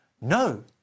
No